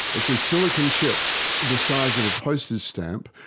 it's a silicon chip the size of a postage stamp,